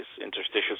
interstitial